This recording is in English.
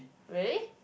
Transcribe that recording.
really